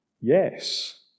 Yes